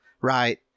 right